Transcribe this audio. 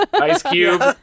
Ice-Cube